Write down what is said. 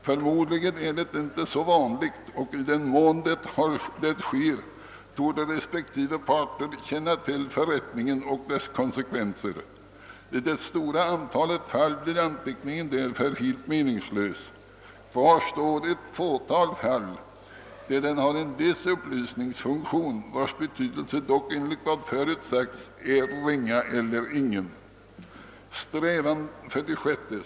Förmodligen är det inte så vanligt och i den mån det sker torde respektive parter känna till förrättningen och dess konsekvenser. I det stora antalet fall blir anteckningen därför helt meningslös. Kvar står ett fåtal fall där den har en viss upplysningsfunktion, vars betydelse dock enligt vad förut sagts är ringa eller ingen. 6.